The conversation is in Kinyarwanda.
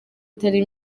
itari